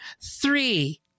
three